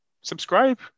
subscribe